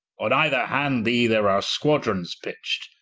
on either hand thee, there are squadrons pitcht,